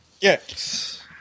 Yes